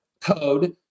Code